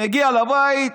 מגיע לבית,